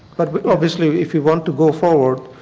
but obviously, if you want to go forward